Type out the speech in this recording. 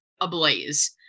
ablaze